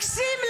רק שים לב,